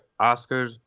Oscars